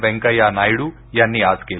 वेंकय्या नायडू यांनी आज केलं